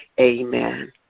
amen